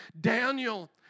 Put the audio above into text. Daniel